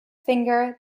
finger